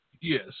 Yes